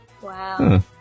Wow